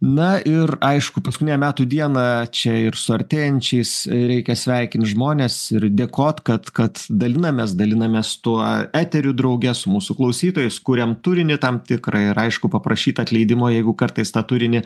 na ir aišku paskutinę metų dieną čia ir su artėjančiais reikia sveikint žmones ir dėkot kad kad dalinamės dalinamės tuo eteriu drauge su mūsų klausytojais kuriam turinį tam tikrą ir aišku paprašyt atleidimo jeigu kartais tą turinį